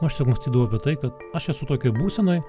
aš sumustydavau apie tai kad aš esu tokioj būsenoj